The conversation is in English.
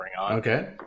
Okay